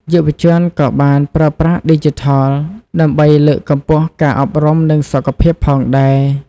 យុវជនក៏បានប្រើប្រាស់ឌីជីថលដើម្បីលើកកម្ពស់ការអប់រំនិងសុខភាពផងដែរ។